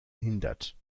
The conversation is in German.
hindert